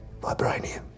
Vibranium